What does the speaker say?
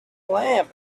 lamp